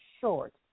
short